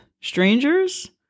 strangers